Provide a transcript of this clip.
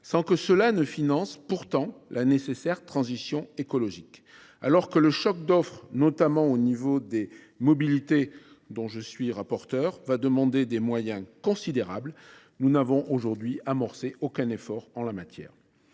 sans que cela finance la nécessaire transition écologique. Alors que le choc d’offre, notamment pour ce qui concerne les mobilités, dont je suis rapporteur, va demander des moyens considérables, nous n’avons aujourd’hui amorcé aucun effort en la matière.